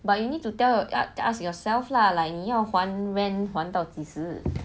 but you need to tell ask yourself lah like 你要还 rent 还到几时